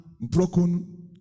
broken